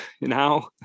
now